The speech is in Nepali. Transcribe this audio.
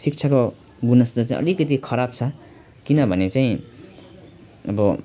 शि शिक्षाको गुणस्तर चाहिँ अलिकति खराब छ किनभने चाहिँ अब